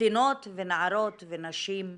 קטינות ונערות ונשים מבוגרות.